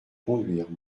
conduire